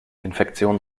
infektionen